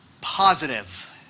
Positive